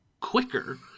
quicker